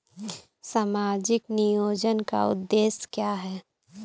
सामाजिक नियोजन का उद्देश्य क्या है?